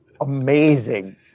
amazing